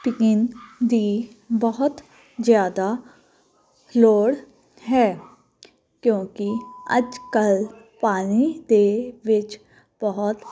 ਪੀਣ ਦੀ ਬਹੁਤ ਜ਼ਿਆਦਾ ਲੋੜ ਹੈ ਕਿਉਂਕਿ ਅੱਜ ਕੱਲ੍ਹ ਪਾਣੀ ਦੇ ਵਿੱਚ ਬਹੁਤ